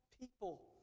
people